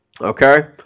okay